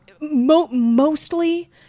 mostly